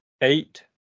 eight